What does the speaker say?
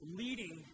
leading